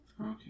Okay